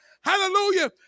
Hallelujah